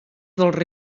dels